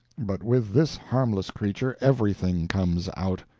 but with this harmless creature everything comes out.